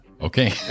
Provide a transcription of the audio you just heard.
Okay